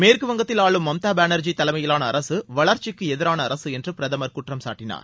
மேற்குவங்கத்தில் ஆளும் மம்தாபானர்ஜி தலைமயிலான அரசு வளர்ச்சிக்கு எதிரான அரசு என பிரதமர் குற்றம் சாட்டினார்